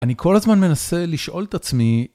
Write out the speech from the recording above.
אני כל הזמן מנסה לשאול את עצמי...